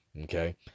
Okay